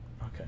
Okay